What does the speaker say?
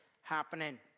happening